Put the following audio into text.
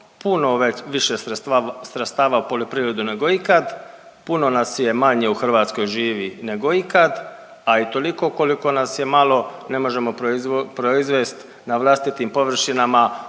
puno više sredstava u poljoprivredu nego ikad. Puno nas je manje u Hrvatskoj živi nego ikad, a i toliko koliko nas je malo ne možemo proizvest na vlastitim površinama